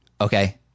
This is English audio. okay